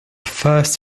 first